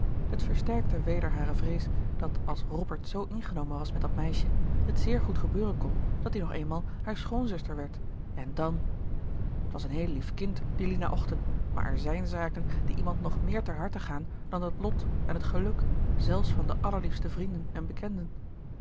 het versterkte weder hare vrees dat als robert zoo ingenomen was met dat meisje het zeer goed gebeuren kon dat die nog eenmaal haar schoonzuster werd en dan t was een heel lief kind die lina ochten maar er zijn zaken die iemand nog meer ter harte gaan dan het lot en het geluk zelfs van de allerliefste vrienden en bekenden